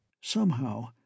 Somehow